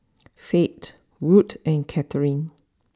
Fate wood and Katherine